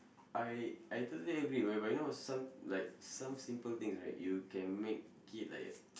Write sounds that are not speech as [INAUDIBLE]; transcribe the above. I I totally agree whereby you know some like some simple things right you can make it like [NOISE]